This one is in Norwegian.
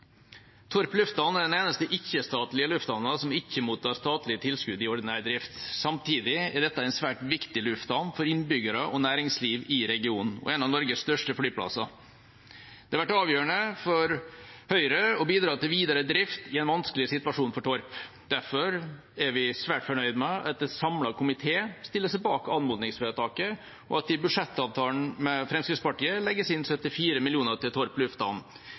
Torp lufthavn er den eneste ikke-statlige lufthavnen som ikke mottar statlig tilskudd i ordinær drift. Samtidig er dette en svært viktig lufthavn for innbyggere og næringsliv i regionen og en av Norges største flyplasser. Det har vært avgjørende for Høyre å bidra til videre drift i en vanskelig situasjon for Torp. Derfor er vi svært fornøyd med at en samlet komité stiller seg bak anmodningsvedtaket, og at det i budsjettavtalen med Fremskrittspartiet legges inn 74 mill. kr til Torp lufthavn.